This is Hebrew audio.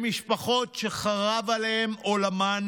במשפחות שחרב עליהן עולמן,